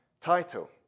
title